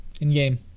in-game